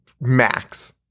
max